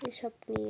এই সব নিয়ে